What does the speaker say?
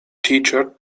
teacher